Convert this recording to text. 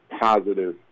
positive